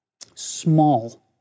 Small